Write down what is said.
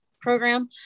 program